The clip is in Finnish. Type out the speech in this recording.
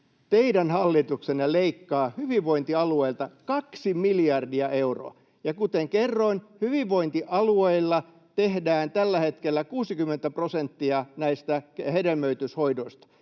Teidän hallituksenne leikkaa hyvinvointialueilta kaksi miljardia euroa. Kuten kerroin, hyvinvointialueilla tehdään tällä hetkellä 60 prosenttia näistä hedelmöityshoidoista,